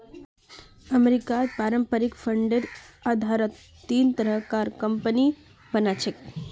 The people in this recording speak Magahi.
अमरीकात पारस्परिक फंडेर आधारत तीन तरहर कम्पनि बना छेक